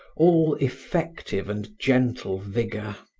all effective and gentle vigor.